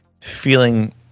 feeling